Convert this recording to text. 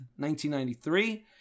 1993